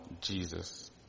Jesus